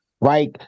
right